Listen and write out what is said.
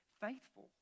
faithful